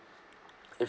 if